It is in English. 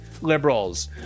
liberals